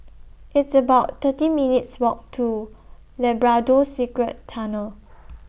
It's about thirteen minutes' Walk to Labrador Secret Tunnels